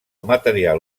material